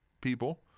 people